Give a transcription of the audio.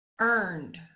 earned